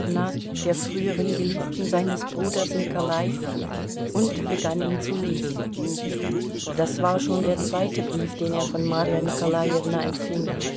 der früheren geliebten seines bruders nikolai und begann ihn zu lesen das war schon der zweite brief den er von marja nikolajewna empfing